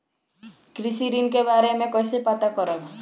कृषि ऋण के बारे मे कइसे पता करब?